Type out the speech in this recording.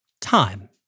Time